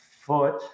foot